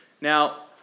Now